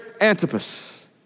Antipas